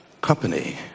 company